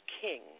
King